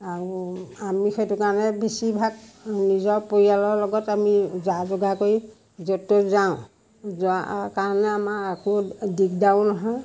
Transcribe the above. আৰু আমি সেইটো কাৰণে বেছিভাগ নিজৰ পৰিয়ালৰ লগত আমি যা যোগাৰ কৰি য'ত ত'ত যাওঁ যোৱাৰ কাৰণে আমাৰ একো দিগদাৰো নহয়